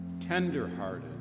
tenderhearted